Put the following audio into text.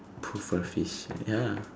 too furry ya